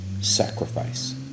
sacrifice